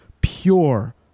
pure